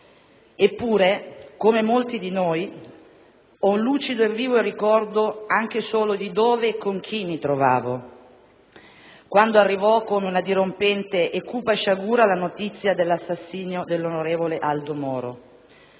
Eppure, come molti di noi, ho lucido e vivo il ricordo anche solo di dove e con chi mi trovavo quando arrivò come una dirompente e cupa sciagura la notizia dell'assassinio dell'onorevole Aldo Moro.